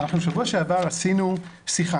בשבוע שעבר אנחנו עשינו שיחה,